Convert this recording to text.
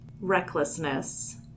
recklessness